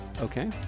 Okay